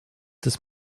des